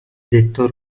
detto